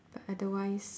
otherwise